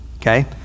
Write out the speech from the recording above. Okay